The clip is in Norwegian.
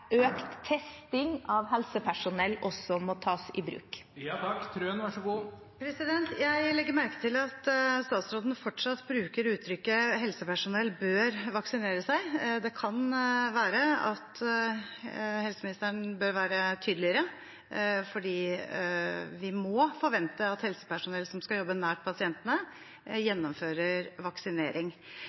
økt testing av helsepersonell også må tas i bruk. Jeg legger merke til at statsråden fortsatt bruker uttrykket: helsepersonell «bør» vaksinere seg. Det kan være at helseministeren bør være tydeligere, for vi må forvente at helsepersonell som skal jobbe nært pasientene, gjennomfører vaksinering.